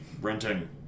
renting